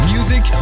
Music